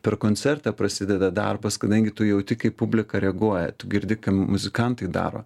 per koncertą prasideda darbas kadangi tu jauti kaip publika reaguoja girdi ką muzikantai daro